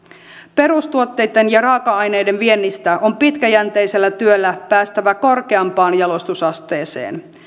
perustuotteitten ja raaka aineiden viennistä on pitkäjänteisellä työllä päästävä korkeampaan jalostusasteeseen